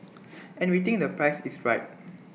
and we think the price is right